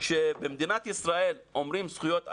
כשבמדינת ישראל אומרים זכויות אדם,